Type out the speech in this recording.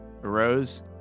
Arose